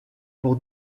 pour